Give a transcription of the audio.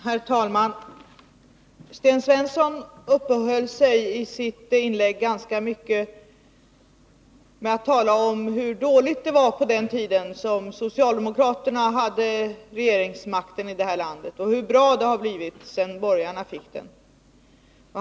Herr talman! Sten Svensson uppehöll sig ganska mycket vid hur dåligt det var på den tiden då socialdemokraterna hade regeringsmakten här i landet och hur bra det har blivit sedan borgarna fick den.